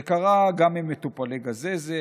זה קרה גם עם מטופלי גזזת,